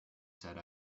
set